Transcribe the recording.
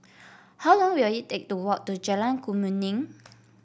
how long will it take to walk to Jalan Kemuning